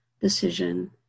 decision